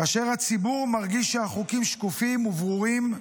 כאשר הציבור מרגיש שהחוקים שקופים וברורים,